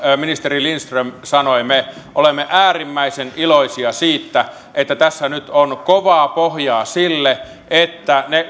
ministeri lindström sanoi me olemme äärimmäisen iloisia siitä että tässä nyt on kovaa pohjaa sille että ne